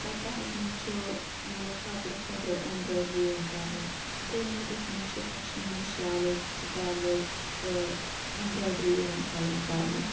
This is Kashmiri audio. کَٹراہَس مَنٛز چھُ مَطلَب کَپرٕ خٲطرٕ ایٚمبراوڈری یِوان کَرنہٕ گُلمَرگَس مَنٛز چھ پَشمیٖنا شالٕز سکاروٕز تہٕ ایٚمبراوڈری یِوان پَلوَن کَرنہٕ